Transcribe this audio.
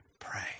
Pray